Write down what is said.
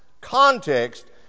Context